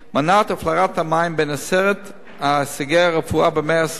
מנה את הפלרת המים בין עשרת הישגי הרפואה במאה ה-20,